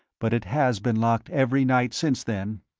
but it has been locked every night since then!